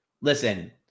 Listen